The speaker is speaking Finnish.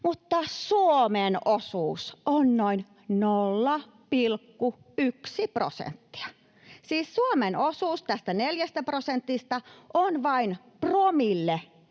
mutta Suomen osuus on noin 0,1 prosenttia. Siis Suomen osuus tästä 4 prosentista on vain promille